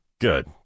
Good